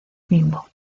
bimbo